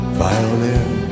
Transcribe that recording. violin